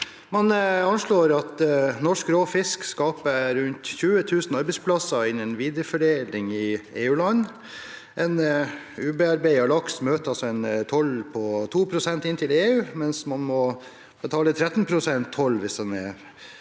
Man anslår samtidig at norsk rå fisk skaper rundt 20 000 arbeidsplasser innen videreforedling i EU-land. En ubearbeidet laks møter en toll på 2 pst. inn til EU, mens man må betale 13 pst. hvis man røyker